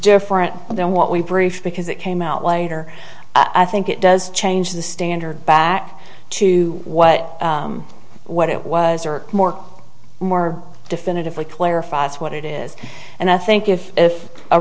different than what we brief because it came out later i think it does change the standard back to what what it was or more more definitively clarifies what it is and i think if if a